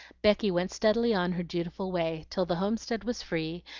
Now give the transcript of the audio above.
becky went steadily on her dutiful way, till the homestead was free,